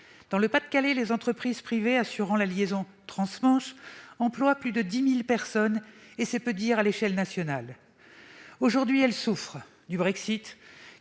Dans le Pas-de-Calais, les entreprises privées assurant la liaison trans-Manche emploient plus de 10 000 personnes, et bien davantage à l'échelon national. Aujourd'hui, ces entreprises